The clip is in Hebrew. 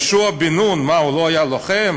יהושע בן נון, מה, הוא לא היה לוחם?